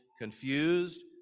confused